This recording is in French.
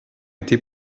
été